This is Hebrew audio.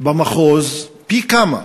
במחוז פי-כמה,